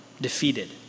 defeated